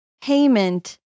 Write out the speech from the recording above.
payment